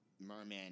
Merman